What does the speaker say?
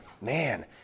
Man